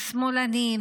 שמאלנים,